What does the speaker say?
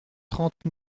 trente